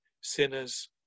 sinners